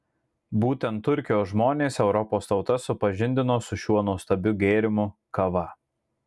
būtent turkijos žmonės europos tautas supažindino su šiuo nuostabiu gėrimu kava